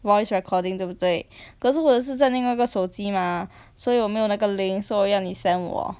voice recording 对不对可是我是在另外一个手机 mah 所以我没有那个 link 所以要你 send 我